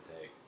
take